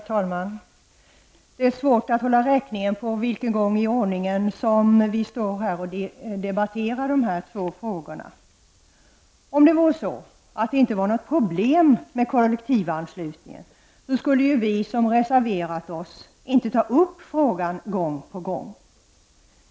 Herr talman! Det är svårt att hålla räkningen på vilken gång i ordningen som vi debatterar de här två frågorna. Om det inte vore något problem med kollektivanslutningen, skulle vi som reserverat oss inte ta upp frågan gång på gång.